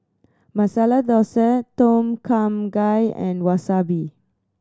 Masala Dosa Tom Kha Gai and Wasabi